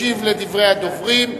ישיב על דברי הדוברים,